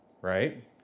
right